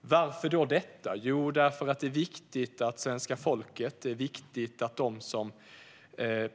Varför? För det första därför att det är viktigt att svenska folket, de som